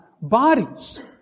bodies